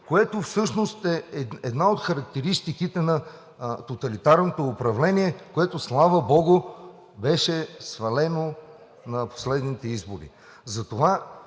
което всъщност е една от характеристиките на тоталитарното управление, което, слава богу, беше свалено на последните избори.